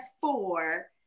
four